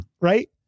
Right